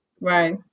right